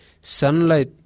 sunlight